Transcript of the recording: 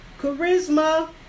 charisma